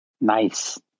nice